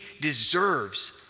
deserves